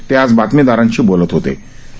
ते आज बातमीदारांशी बोलत होतो